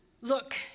Look